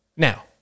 Now